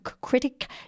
critic